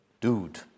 dude